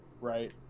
right